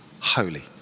holy